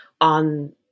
on